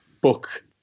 book